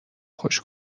خوش